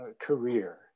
career